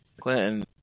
Clinton